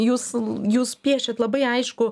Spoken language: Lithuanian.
jūs jūs piešiat labai aiškų